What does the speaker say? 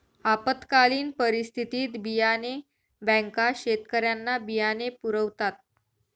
आपत्कालीन परिस्थितीत बियाणे बँका शेतकऱ्यांना बियाणे पुरवतात